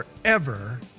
forever